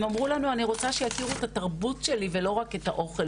הם אמרו לנו אני רוצה שיכירו את התרבות שלי ולא רק את האוכל